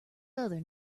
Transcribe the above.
other